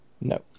No